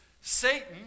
Satan